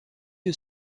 que